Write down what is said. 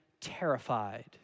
terrified